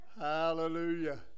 Hallelujah